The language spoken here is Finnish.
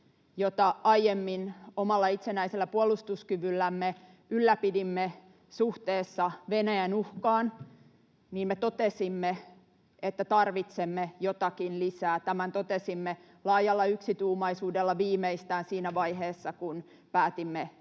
jota aiemmin omalla itsenäisellä puolustuskyvyllämme ylläpidimme suhteessa Venäjän uhkaan, tarvitsemme jotakin lisää. Tämän totesimme laajalla yksituumaisuudella viimeistään siinä vaiheessa, kun päätimme liittyä